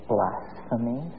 Blasphemy